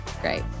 Great